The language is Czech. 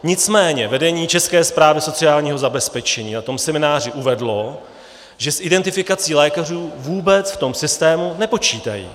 Nicméně vedení České správy sociálního zabezpečení na tom semináři uvedlo, že s identifikací lékařů vůbec v tom systému nepočítají.